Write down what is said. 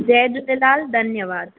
जय झूलेलाल धन्यवाद